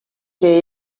que